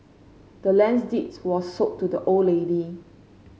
the land's deed was sold to the old lady